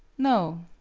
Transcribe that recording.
no.